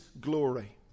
glory